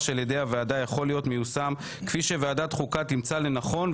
על ידי הוועדה יכול להיות מיושם כפי שוועדת חוקה תמצא לנכון,